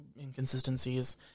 inconsistencies